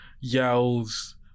yells